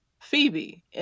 Phoebe